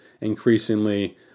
increasingly